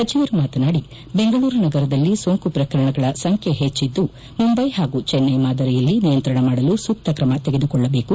ಸಚಿವರು ಮಾತನಾಡಿ ಬೆಂಗಳೂರು ನಗರದಲ್ಲಿ ಸೋಂಕು ಪ್ರಕರಣಗಳ ಸಂಖ್ಯೆ ಪೆಚ್ಚಿದ್ದು ಮುಂಬೈ ಹಾಗೂ ಜಿನ್ನೈ ಮಾದರಿಯಲ್ಲಿ ನಿಯಂತ್ರಣ ಮಾಡಲು ಸೂಕ್ತ ಕ್ರಮ ತೆಗೆದುಕೊಳ್ಳಬೇಕು